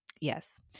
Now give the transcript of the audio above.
Yes